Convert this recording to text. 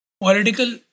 political